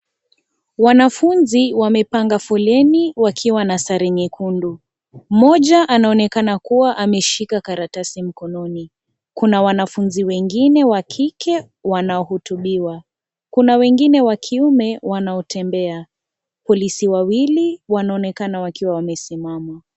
Wanafunzi wamepanga foleni wakiwa na sare nyekundu. Mmoja, anaonekana kuwa ameshika karatasi mkononi. Kuna wanafunzi wengine wa kike wanaohutubiwa. Kuna wengine wa kiume wanaotembea. Polisi wawili wanaonekana wakiwa wamesimama.